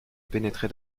pénétrait